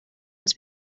als